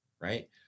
right